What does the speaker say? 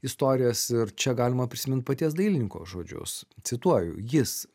istorijas ir čia galima prisimint paties dailininko žodžius cituoju jis